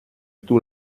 tous